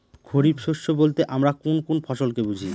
খরিফ শস্য বলতে আমরা কোন কোন ফসল কে বুঝি?